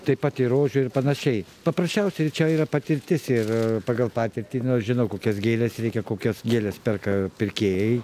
taip pat ir rožių ir panašiai paprasčiausiai čia yra patirtis ir pagal patirtį nu žinau kokias gėles reikia kokias gėles perka pirkėjai